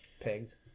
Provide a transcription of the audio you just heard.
Pigs